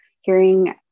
hearing